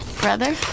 brother